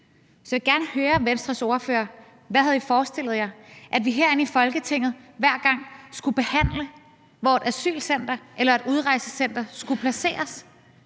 Så jeg vil gerne høre Venstres ordfører: Hvad havde I forestillet jer? Havde I forestillet jer, at vi herinde i Folketinget hver gang skulle behandle, hvor et asylcenter eller et udrejsecenter skulle placeres?